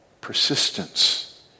Persistence